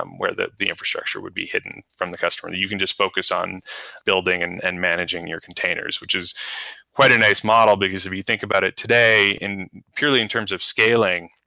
um where the the infrastructure would be hidden from the customer. you can just focus on building and and managing your containers, which is quite a nice model, because if you think about it today purely in terms of scaling,